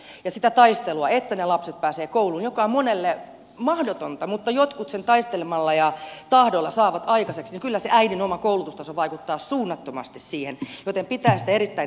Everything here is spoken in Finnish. ja kun me ajattelemme sitä äitiä ja sitä taistelua että ne lapset pääsevät kouluun mikä on monelle mahdotonta mutta jotkut sen taistelemalla ja tahdolla saavat aikaiseksi niin kyllä se äidin oma koulutustaso vaikuttaa suunnattomasti siihen joten pitäisin sitä erittäin tärkeänä